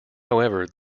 however